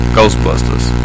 Ghostbusters